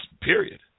period